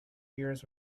ears